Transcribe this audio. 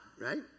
right